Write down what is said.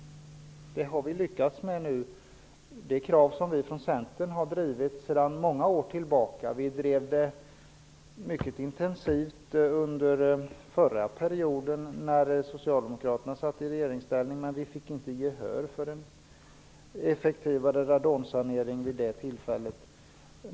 Detta har vi nu lyckats med. Det är ett krav som vi i Centern har drivit sedan många år tillbaka. Vi drev det mycket intensivt under den förra valperioden, när Socialdemokraterna satt i regeringsställning, men vi fick inte gehör för en effektivare radonsanering vid det tillfället.